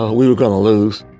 ah we were going to lose.